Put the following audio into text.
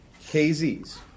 KZs